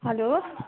hello